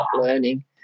learning